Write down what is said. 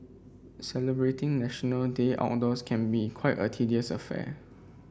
celebrating National Day outdoors can be quite a tedious affair